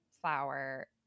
flour